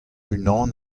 unan